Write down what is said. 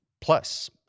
Plus